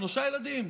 שלושה ילדים?